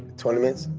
twenty minutes?